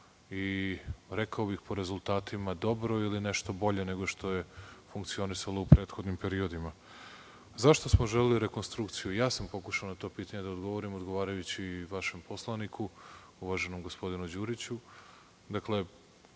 i rekao bih po rezultatima dobro ili nešto bolje nego što je funkcionisalo u prethodim periodima.Zašto smo želeli rekonstrukciju? Ja sam pokušao na to pitanje da odgovorim, odgovarajući vašem poslaniku, uvaženom gospodinu Đuriću.